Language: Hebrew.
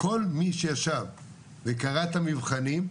כל מי שישב וקרא את המבחנים,